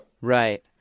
Right